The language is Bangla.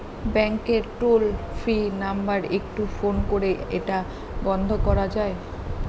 ব্যাংকের টোল ফ্রি নাম্বার একটু ফোন করে এটা বন্ধ করা যায়?